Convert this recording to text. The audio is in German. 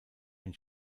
ein